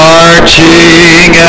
Marching